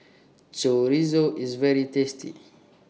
Chorizo IS very tasty